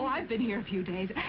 um i've been here a few days.